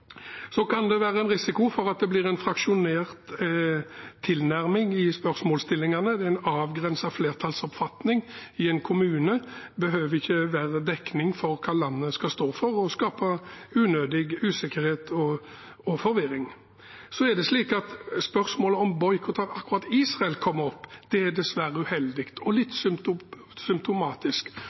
Så kan det være en risiko for at det blir en fraksjonert tilnærming i spørsmålsstillingene. En avgrenset flertallsoppfatning i en kommune behøver ikke være dekning for hva landet skal stå for og skape unødig usikkerhet og forvirring. At spørsmålet om boikott av akkurat Israel kommer opp, er dessverre uheldig og litt symptomatisk.